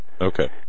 Okay